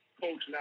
coach